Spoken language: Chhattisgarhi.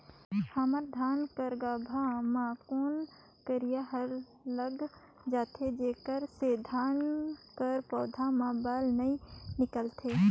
हमर धान कर गाभा म कौन कीरा हर लग जाथे जेकर से धान कर पौधा म बाएल नइ निकलथे?